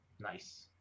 nice